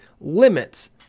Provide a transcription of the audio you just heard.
limits